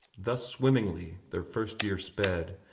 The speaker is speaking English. thus swimmingly their first year sped,